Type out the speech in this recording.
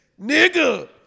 nigga